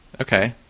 okay